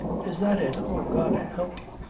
is that it? oh, god help you!